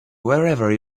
wherever